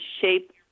shape